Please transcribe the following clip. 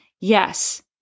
Yes